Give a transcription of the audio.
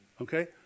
Okay